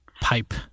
pipe